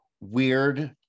weird